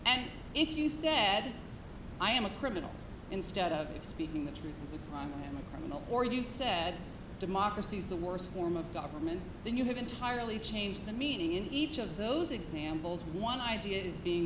and if you said i am a criminal instead of speaking the truth is a crime a criminal or you said democracy is the worst form of government then you have entirely changed the meaning in each of those examples one idea is being